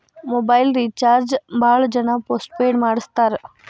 mobile recharge ಭಾಳ್ ಜನ postpaid ಮಾಡಸ್ತಾರ